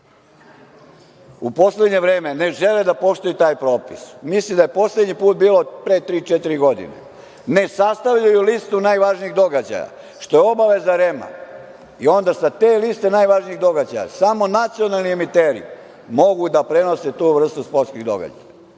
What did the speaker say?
u poslednje vreme ne žele da poštuju taj propis. Mislim da je poslednji put bilo pre tri, četiri godine. Ne sastavljaju listu najvažnijih događaja, što je obaveza REM-a i onda sa te liste najvažnijih događaja samo nacionalni emiteri mogu da prenose tu vrstu sportskih događaja,